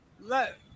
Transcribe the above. Let